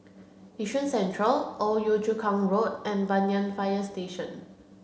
Yishun Central Old Yio Chu Kang Road and Banyan Fire Station